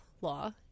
law